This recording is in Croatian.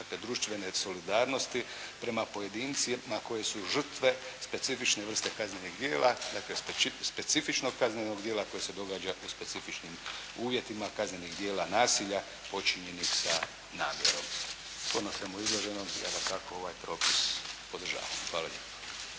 Dakle društvene solidarnosti prema pojedincima koji su žrtve specifične vrste kaznenih djela dakle specifičnog kaznenog djela koje se događa u specifičnim uvjetima kaznenih djela nasilja počinjenih sa namjerom. Shodno svemu izloženom ja dakako ovaj propis podržavam. Hvala lijepo.